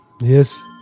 yes